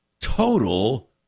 Total